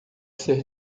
ser